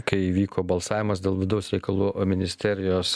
kai vyko balsavimas dėl vidaus reikalų ministerijos